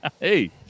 Hey